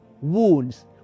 wounds